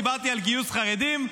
דיברתי על גיוס חרדים.